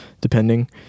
depending